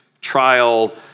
trial